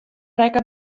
rekke